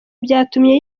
byatumye